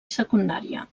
secundària